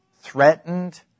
threatened